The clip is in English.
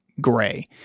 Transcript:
gray